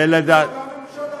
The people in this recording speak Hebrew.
זו אותה ממשלה,